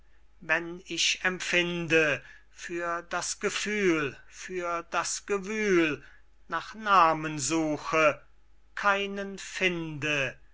wenn ich empfinde für das gefühl für das gewühl nach namen suche keinen finde